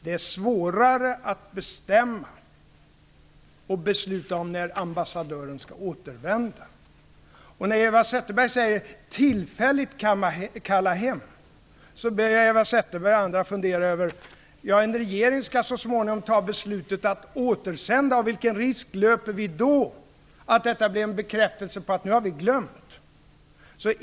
Det är svårare att bestämma och besluta om när ambassadören skall återvända. När Eva Zetterberg talar om att tillfälligt kalla hem ambassadören ber jag Eva Zetterberg och andra fundera över att regeringen så småningom skall ta beslutet att återsända ambassadören. Vilken risk löper vi då att detta blir en bekräftelse på att vi nu har glömt?